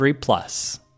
plus